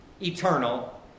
eternal